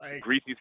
greasy